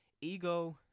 Ego